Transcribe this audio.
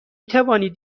توانید